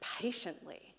patiently